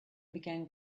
began